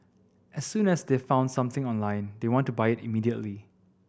as soon as they've found something online they want to buy it immediately